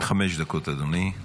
חמש דקות, אדוני.